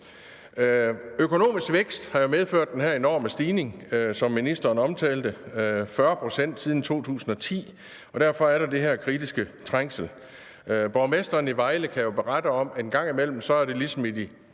Økonomisk vækst har jo medført den her enorme stigning, som ministeren omtalte – det er 40 pct. siden 2010 – og derfor er der den her kritiske trængsel. Borgmesteren i Vejle kan jo berette om, at det engang imellem er ligesom i de